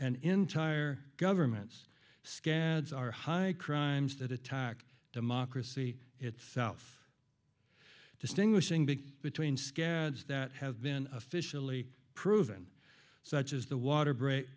and entire governments scads are high crimes that attack democracy itself distinguishing big between scabs that have been officially proven such as the water break